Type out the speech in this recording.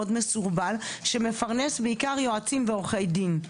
מסורבל שמפרנס בעיקר יועצים ועורכי דין,